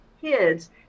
kids